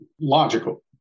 logical